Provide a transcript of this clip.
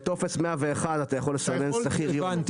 בטופס 101 אתה יכול לסמן שכיר יום.